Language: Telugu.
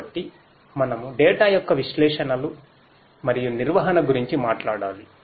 కాబట్టి మనము డేటా యొక్క విశ్లేషణలు మరియు నిర్వహణ గురించి మాట్లాడాలి